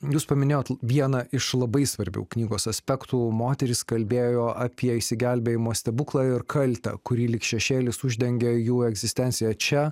jūs paminėjot vieną iš labai svarbių knygos aspektų moteris kalbėjo apie išsigelbėjimo stebuklą ir kaltę kurį lyg šešėlis uždengia jų egzistenciją čia